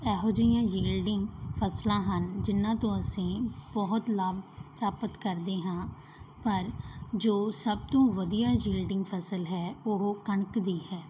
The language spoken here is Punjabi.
ਇਹੋ ਜਿਹੀਆਂ ਯਿਲਡਿੰਗ ਫਸਲਾਂ ਹਨ ਜਿਹਨਾਂ ਤੋਂ ਅਸੀਂ ਬਹੁਤ ਲਾਭ ਪ੍ਰਾਪਤ ਕਰਦੇ ਹਾਂ ਪਰ ਜੋ ਸਭ ਤੋਂ ਵਧੀਆ ਯਿਲਡਿੰਗ ਫਸਲ ਹੈ ਉਹ ਕਣਕ ਦੀ ਹੈ